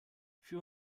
für